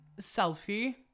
selfie